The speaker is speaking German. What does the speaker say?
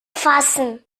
fassen